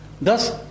Thus